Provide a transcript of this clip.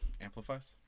Amplifies